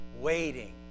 waiting